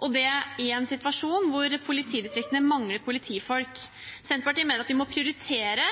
og det i en situasjon hvor politidistriktene mangler politifolk. Senterpartiet mener vi må prioritere